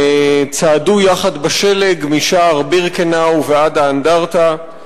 הם צעדו יחד בשלג משער בירקנאו ועד האנדרטה,